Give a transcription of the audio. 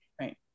right